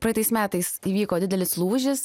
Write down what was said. praeitais metais įvyko didelis lūžis